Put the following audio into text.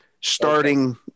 starting